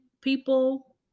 people